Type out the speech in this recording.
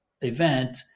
event